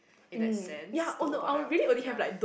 in that sense to open up ya